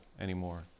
anymore